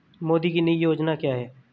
मोदी की नई योजना क्या है?